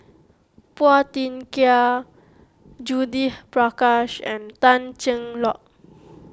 Phua Thin Kiay Judith Prakash and Tan Cheng Lock